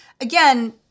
again